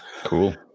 Cool